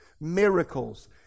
miracles